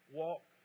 walk